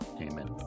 amen